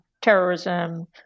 terrorism